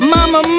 Mama